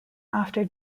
after